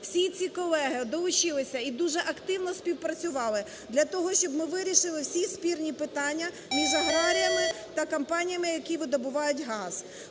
Всі ці колеги долучилися і дуже активно співпрацювали для того, щоб ми вирішили всі спірні питання між аграріями та компаніями, які видобувають газ.